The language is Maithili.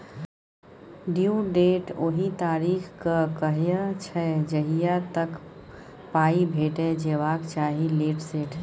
ड्यु डेट ओहि तारीख केँ कहय छै जहिया तक पाइ भेटि जेबाक चाही लेट सेट